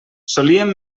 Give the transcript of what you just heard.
solíem